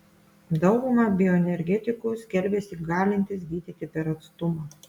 dauguma bioenergetikų skelbiasi galintys gydyti per atstumą